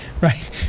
right